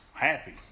happy